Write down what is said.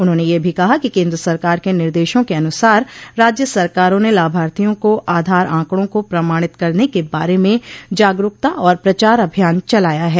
उन्होंने यह भी कहा कि केन्द्र सरकार के निर्देशों के अनुसार राज्य सरकारों ने लाभार्थियों को आधार आंकड़ों को प्रमाणित करने के बारे में जागरूकता और प्रचार अभियान चलाया है